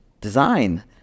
design